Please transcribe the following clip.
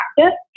practice